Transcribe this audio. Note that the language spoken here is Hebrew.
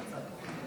ויתרת על הצעת החוק?